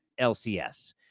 LCS